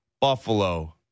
Buffalo